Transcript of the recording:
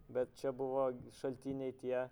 bet čia buvo šaltiniai tie